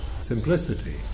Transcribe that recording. simplicity